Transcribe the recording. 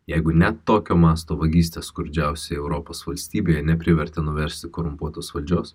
jeigu ne tokio masto vagystė skurdžiausioje europos valstybėje neprivertė nuversti korumpuotus valdžios